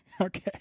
Okay